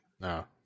no